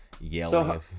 yelling